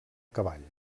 cavall